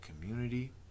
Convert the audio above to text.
community